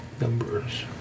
numbers